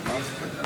זה לא טוב.